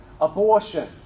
Abortion